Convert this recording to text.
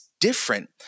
different